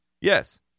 yes